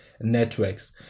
networks